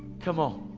come on.